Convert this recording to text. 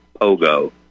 Pogo